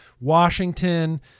Washington